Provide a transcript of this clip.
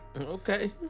okay